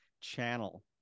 channel